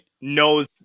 knows